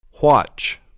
Watch